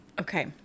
Okay